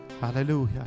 Hallelujah